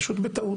פשוט בטעות.